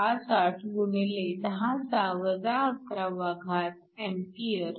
58 x 10 11 A येते